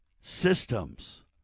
systems